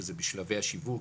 שזה בשלבי השיווק,